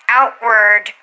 outward